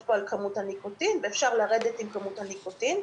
פה על כמות הניקוטין ואפשר לרדת עם כמות הניקוטין.